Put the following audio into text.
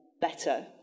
better